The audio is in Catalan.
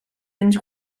ens